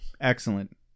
excellent